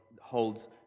holds